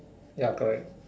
ya correct